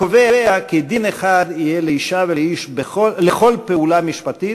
הקובע: "דין אחד יהיה לאישה ולאיש לכל פעולה משפטית,